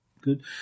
good